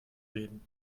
reden